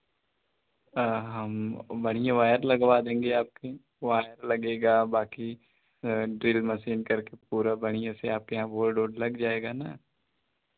हाँ हम बढ़ियाँ वायर लगवा देंगे आपके वायर लगेगा बाँकी ड्रिल मशीन करके पूरा बढ़ियाँ से आपके यहाँ बोर्ड ओर्ड लग जाएगा ना